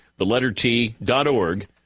thelettert.org